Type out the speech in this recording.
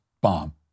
bomb